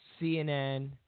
CNN